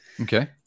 Okay